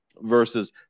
versus